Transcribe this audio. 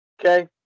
Okay